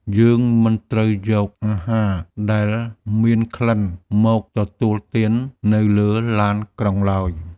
យើងមិនត្រូវយកអាហារដែលមានក្លិនមកទទួលទាននៅលើឡានក្រុងឡើយ។